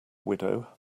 widow